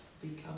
become